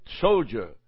soldier